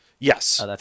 Yes